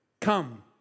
Come